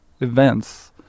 events